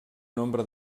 nombre